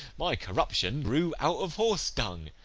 my corruption grew out of horse-dung